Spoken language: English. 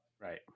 right